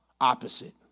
opposite